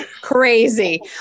crazy